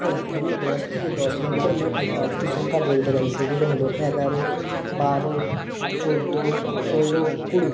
হ্যাঁ আমি দশ থেকে দশ লক্ষের মধ্যে পাঁচটি সংখ্যা বলতে পারি সেগুলো হল এগারো বারো চোদ্দো ষোল কুড়ি